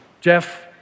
Jeff